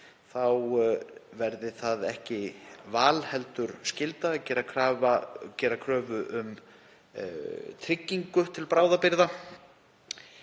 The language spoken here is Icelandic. þá verði það ekki val heldur skylda að gera kröfu um tryggingu til bráðabirgða.